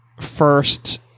first